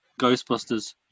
Ghostbusters